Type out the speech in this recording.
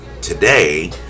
today